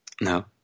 No